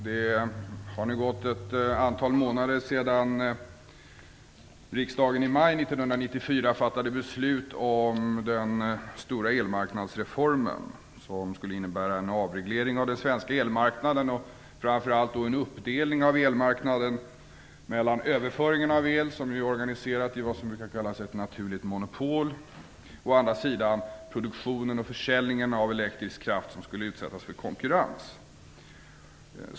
Fru talman! Det har nu gått ett antal månader sedan riksdagen i maj 1994 fattade beslut om den stora elmarknadsreformen. Den skulle innebära en avreglering av den svenska elmarknaden och framför allt en uppdelning av elmarknaden mellan överföringen av el, som ju är organiserad i vad som brukar kallas ett naturligt monopol, och produktionen och försäljningen av elektrisk kraft, som skulle utsättas för konkurrens.